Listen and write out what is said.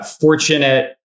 Fortunate